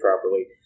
properly